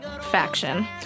faction